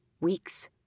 Weeks